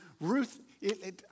Ruth